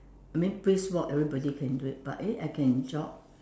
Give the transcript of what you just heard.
maybe brisk walk everybody can do it but eh I can jog